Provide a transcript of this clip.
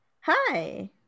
Hi